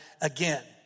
again